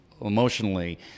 emotionally